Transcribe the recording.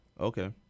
Okay